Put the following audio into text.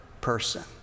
person